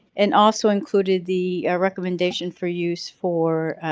and also included the recommendation for use for